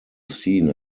seen